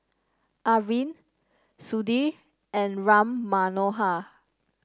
Arvind Sudhir and Ram Manohar